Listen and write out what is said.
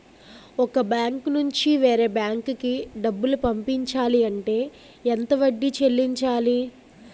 ఒక బ్యాంక్ నుంచి వేరే బ్యాంక్ కి డబ్బులు పంపించాలి అంటే ఎంత వడ్డీ చెల్లించాలి?